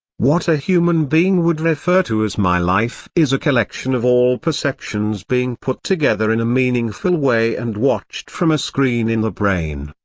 what a human being would refer to as my life is a collection of all perceptions perceptions being put together in a meaningful way and watched from a screen in the brain,